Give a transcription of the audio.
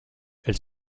elle